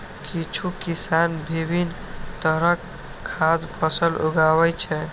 किछु किसान विभिन्न तरहक खाद्य फसल उगाबै छै